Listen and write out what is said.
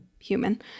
human